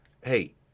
Hey